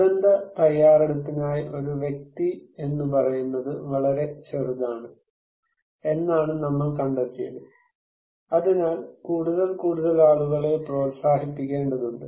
ദുരന്ത തയ്യാറെടുപ്പിനായി ഒരു വ്യക്തി എന്നുപറയുന്നത് വളരെ ചെറുതാണ് എന്നാണ് നമ്മൾ കണ്ടെത്തിയത് അതിനാൽ കൂടുതൽ കൂടുതൽ ആളുകളെ പ്രോത്സാഹിപ്പിക്കേണ്ടതുണ്ട്